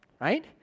right